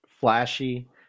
flashy